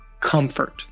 comfort